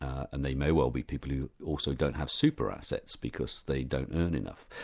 and they may well be people who also don't have super assets because they don't earn enough.